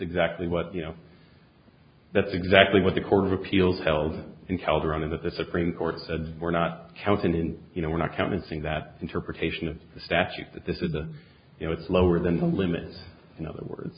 exactly what you know that's exactly what the court of appeals held in calderon is that the supreme court said we're not counting and you know we're not counting that interpretation of the statute that this is a you know it's lower than the limit in other words